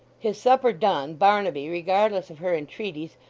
his supper done, barnaby, regardless of her entreaties,